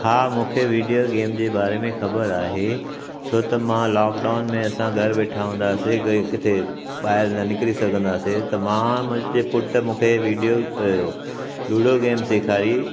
हा मुखे video game जे बारे में ख़बर आहे छो त मां लॉकडाउन में असां घरु वेठा हूंदा से किथे ॿाइरि न निकिरी सघंदासीं त मां ऐं मुंहिंजे पुटु मूंखे विडियो लुडो गेम सेखारी